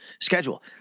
schedule